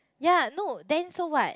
ya no then so what